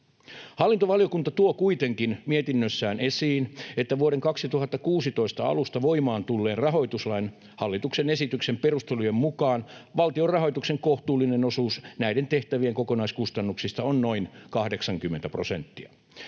Hallintovaliokunta tuo kuitenkin mietinnössään esiin, että vuoden 2016 alusta voimaan tulleen rahoituslain hallituksen esityksen perustelujen mukaan valtion rahoituksen kohtuullinen osuus näiden tehtävien kokonaiskustannuksista on noin 80 prosenttia.